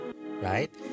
right